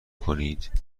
کنید